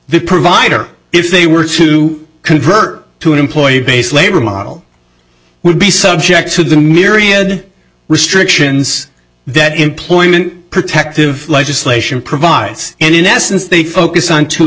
the provider if they were to convert to an employee base labor model would be subject to the myriad restrictions that employment protective legislation provides and in essence they focus on two